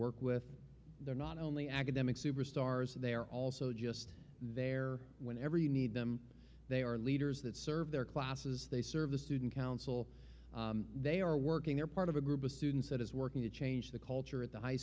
work with they're not only academic superstars they're also just there whenever you need them they are leaders that serve their classes they serve the student council they are working they're part of a group of students that is working to change the culture at the high